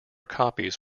copies